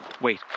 Wait